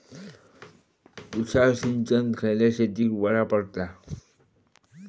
तुषार सिंचन खयल्या शेतीक बरा पडता?